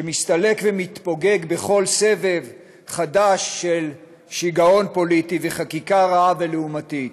שמסתלק ומתפוגג בכל סבב חדש של שיגעון פוליטי וחקיקה רעה ולעומתית?